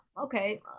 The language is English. okay